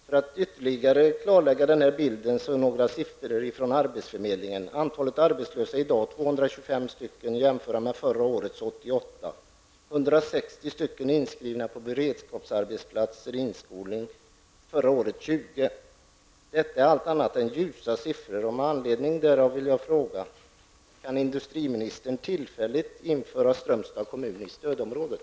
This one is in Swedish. För att ytterligare klarlägga denna bild redovisar jag några siffror från Arbetsförmedlingen, som visar att antalet arbetslösa i dag är 225, jämfört med förra årets 88. 160 stycken är inskrivna på beredskapsarbetsplatser och inskolning, medan motsvarande siffra förra året var 20. Detta är allt annat än ljusa siffror och med anledning därav vill jag fråga: Kan industriministern tillfälligt införa Strömstad kommun i stödområdet?